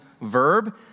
verb